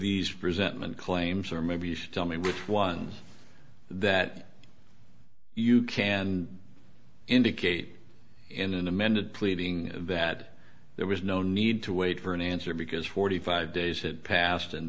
these resentment claims or maybe you should tell me which ones that you can and indicate in an amended pleading that there was no need to wait for an answer because forty five days had passed and